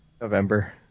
November